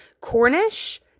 Cornish